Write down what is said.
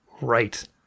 right